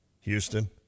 Houston